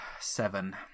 Seven